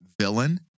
villain